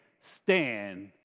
stand